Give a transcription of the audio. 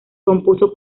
compuso